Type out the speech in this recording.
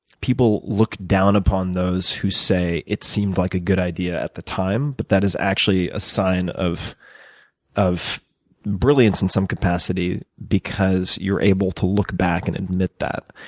people who look down upon those who say it seemed like a good idea at the time. but that is actually a sign of of brilliance in some capacity because you're able to look back and admit that,